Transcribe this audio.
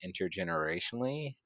intergenerationally